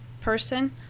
person